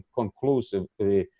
conclusively